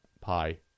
Pi